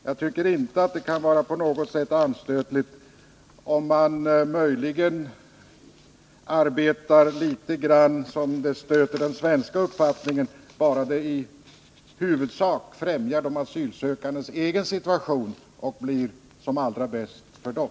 Det kan inte vara anstötligt på något sätt, om vi arbetar så att det möjligen stöter den svenska uppfattningen litet grand, bara det i huvudsak främjar de asylsökandes egen situation och blir det allra bästa för dem.